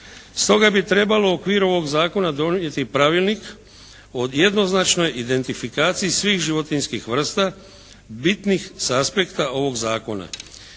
Stoga bi trebalo u okviru ovog zakona donijeti pravilnik o jednoznačnoj identifikaciji svih životinjskih vrsta bitnih sa aspekta ovog zakona,